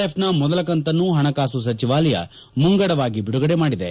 F ನ ಮೊದಲ ಕಂತನ್ನು ಹಣಕಾಸು ಸಚಿವಾಲಯ ಮುಂಗಡವಾಗಿ ಬಿಡುಗಡೆ ಮಾಡಿದೆ